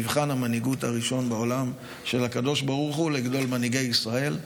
מבחן המנהיגות הראשון בעולם של הקדוש ברוך הוא לגדול מנהיגי ישראל,